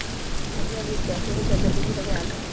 धनिया बीज कैसे रुपए प्रति किलोग्राम है?